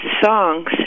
songs